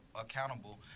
accountable